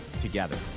together